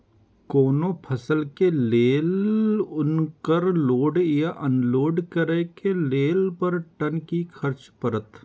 कोनो फसल के लेल उनकर लोड या अनलोड करे के लेल पर टन कि खर्च परत?